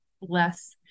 less